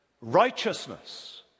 righteousness